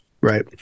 right